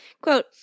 Quote